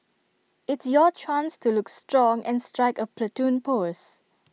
it's your chance to look strong and strike A Platoon pose